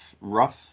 rough